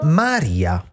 maria